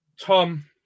Tom